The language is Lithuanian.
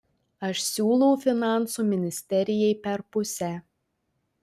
aš siūlau finansų ministerijai per pusę